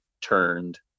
turned